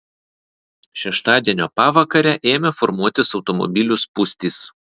šeštadienio pavakarę ėmė formuotis automobilių spūstys